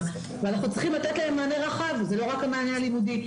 ואנחנו צריכים לתת להם מענה רחב ולא רק המענה הלימודי.